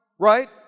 Right